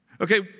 Okay